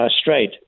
straight